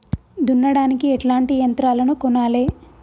దున్నడానికి ఎట్లాంటి యంత్రాలను కొనాలే?